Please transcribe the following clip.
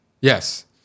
Yes